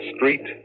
Street